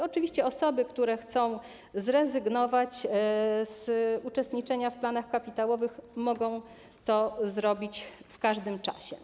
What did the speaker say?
Oczywiście osoby, które chcą zrezygnować z uczestniczenia w planach kapitałowych, mogą to zrobić w każdym czasie.